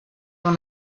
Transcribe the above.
dans